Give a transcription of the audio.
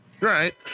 Right